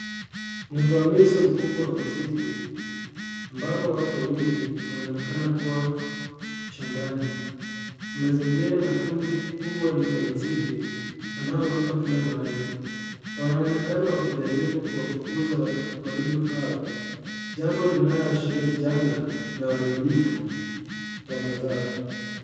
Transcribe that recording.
Ni uvamizi mkubwa wa nzige ambapo watu wawili wanaonekana kuwa shambani Mazingira na kundi kubwa la nzige wanaoruka kila mahali. Wanaonekana wakijaribu kuwafukuza wadudu hao, jambo linalo ashiria janga au uharibifu wa mazao.